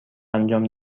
انجام